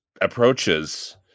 Approaches